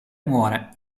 muore